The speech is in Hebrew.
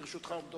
לרשותך עומדות